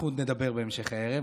אנחנו עוד נדבר בהמשך הערב,